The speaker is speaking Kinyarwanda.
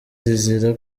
zizira